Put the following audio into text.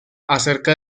acerca